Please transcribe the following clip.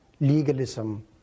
legalism